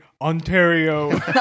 ontario